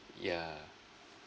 ya